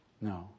No